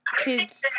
kids